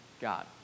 God